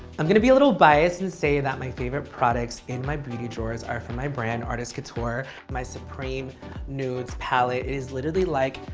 i'm going to be a little biased and say that my favorite products in my beauty drawers are from my brand, artist couture. my supreme nudes palette. it is literally like,